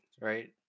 right